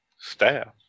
staff